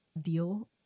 deal